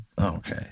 okay